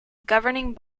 governing